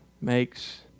makes